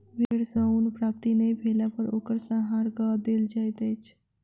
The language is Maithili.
भेड़ सॅ ऊन प्राप्ति नै भेला पर ओकर संहार कअ देल जाइत अछि